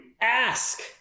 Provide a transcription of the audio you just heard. ask